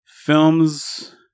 films